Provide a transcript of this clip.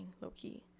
low-key